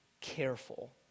careful